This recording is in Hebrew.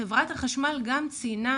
חברת החשמל גם ציינה,